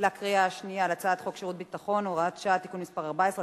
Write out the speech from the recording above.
בקריאה שנייה על הצעת חוק שירות ביטחון (הוראת שעה) (תיקון מס' 14),